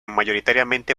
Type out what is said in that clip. mayoritariamente